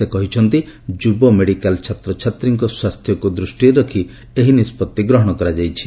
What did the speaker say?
ସେ କହିଛନ୍ତି ଯୁବ ମେଡିକାଲ୍ ଛାତ୍ରଛାତ୍ରୀଙ୍କ ସ୍ୱାସ୍ଥ୍ୟକୁ ଦୃଷ୍ଟିରେ ରଖି ଏହି ନିଷ୍କଭି ଗ୍ରହଣ କରାଯାଇଛି